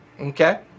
Okay